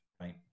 right